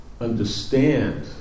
understand